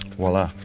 wella.